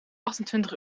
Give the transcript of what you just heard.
achtentwintig